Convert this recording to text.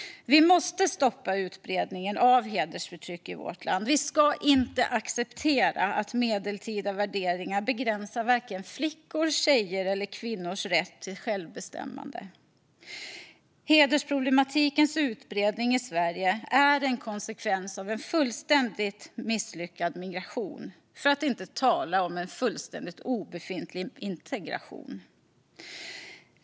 Vi måste stoppa utbredningen av hedersförtryck i vårt land. Vi ska inte acceptera att medeltida värderingar begränsar vare sig flickors, tjejers eller kvinnors rätt till självbestämmande. Hedersproblematikens utbredning i Sverige är en konsekvens av en fullständigt misslyckad migration, för att inte tala om en fullständigt obefintlig integration.